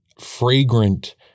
fragrant